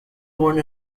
born